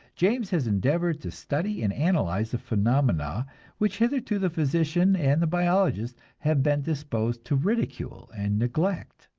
james has endeavored to study and analyze the phenomena which hitherto the physician and the biologist have been disposed to ridicule and neglect.